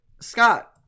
Scott